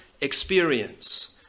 experience